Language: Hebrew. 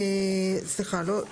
(2)